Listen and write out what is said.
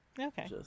Okay